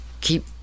keep